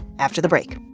after the break